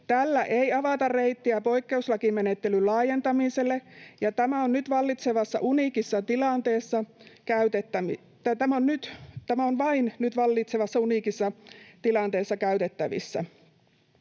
Tällä ei avata reittiä poikkeuslakimenettelyn laajentamiselle, ja tämä on vain nyt vallitsevassa uniikissa tilanteessa käytettävissä.